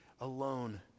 alone